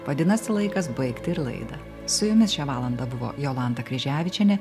vadinasi laikas baigti ir laidą su jumis šią valandą buvo jolanta kryževičienė